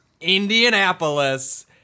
Indianapolis